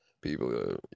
People